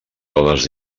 dones